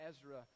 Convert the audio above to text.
Ezra